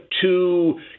two